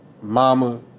Mama